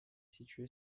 située